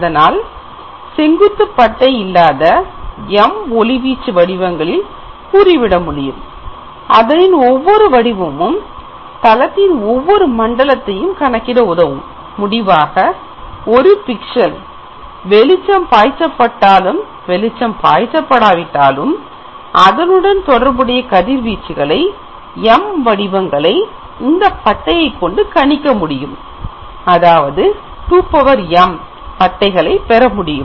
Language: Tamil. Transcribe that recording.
அதனால் செங்குத்து பட்டை இடத்தை m ஒளிவீச்சு வடிவங்களில் கூறிவிட முடியும் அதனின் ஒவ்வொரு வடிவமும் தளத்தின் ஒவ்வொரு மண்டலத்தையும் கணக்கிட உதவும் முடிவாக ஒரு பிக்ஸெல் pixelவெளிச்சம் பாய்ச்சப் பட்டாலும் வெளிச்சம் பாய்ச்சப் படாவிட்டாலும் அதனுடன் தொடர்புடைய கதிர்வீச்சுகளை m வடிவங்களில் அந்தப் பட்டையைக் கொண்டு கணிக்க முடியும் அதாவது 2m பட்டைகளை பெற முடியும்